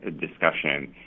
discussion